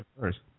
first